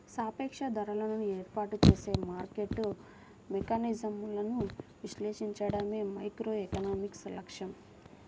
సాపేక్ష ధరలను ఏర్పాటు చేసే మార్కెట్ మెకానిజమ్లను విశ్లేషించడమే మైక్రోఎకనామిక్స్ లక్ష్యం